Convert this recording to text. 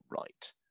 right